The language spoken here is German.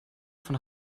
von